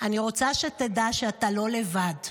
אני רוצה שתדע שאתה לא לבד.